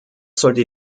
sollte